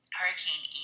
Hurricane